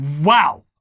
wow